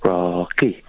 Rocky